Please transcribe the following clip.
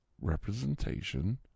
representation